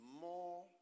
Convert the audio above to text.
more